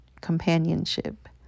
companionship